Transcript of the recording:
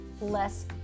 less